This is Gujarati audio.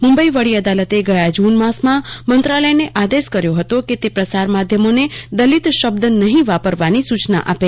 મુંબઈ વડી અદાલતે ગયા જૂન માસમાં મંત્રાલયને આદેશ કર્યો હતો કે તે પ્રસાર માધ્યમોને દલિત શબ્દ નહીં વાપરવાની સૂચના આપે